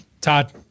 Todd